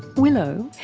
willow,